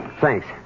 Thanks